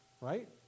right